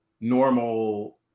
normal